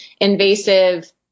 invasive